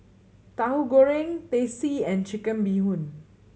Tauhu Goreng Teh C and Chicken Bee Hoon